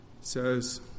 says